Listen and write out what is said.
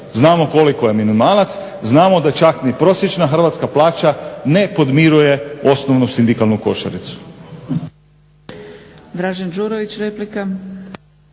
znamo koliko je minimalac, znamo da čak niti prosječna hrvatska plaća ne podmiruje osnovnu sindikalnu košaricu.